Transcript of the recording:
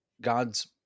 God's